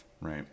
right